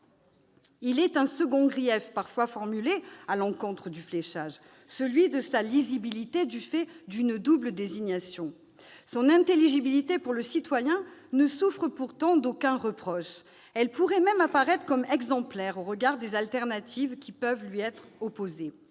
Il est un second grief parfois formulé à l'encontre du fléchage : un manque de lisibilité, du fait d'une double désignation. Son intelligibilité pour le citoyen ne souffre pourtant d'aucun reproche. Elle pourrait même apparaître comme exemplaire au regard des alternatives susceptibles de lui être opposées.